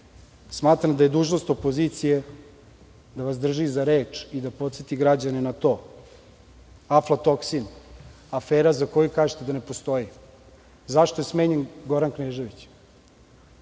Smatram da je dužnost opozicije da vas drži za reč i da podseti građane na to, aflatoksin, afera za koju kažete da ne postoji.Zašto je smenjen Goran Knežević?